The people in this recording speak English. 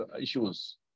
issues